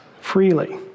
freely